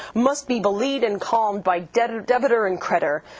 must be be-leed and calmed by debitor debitor and creditor.